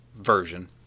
version